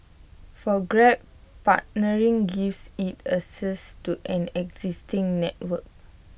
for grab partnering gives IT access to an existing network